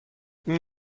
این